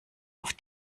auf